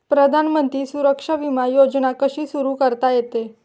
प्रधानमंत्री सुरक्षा विमा योजना कशी सुरू करता येते?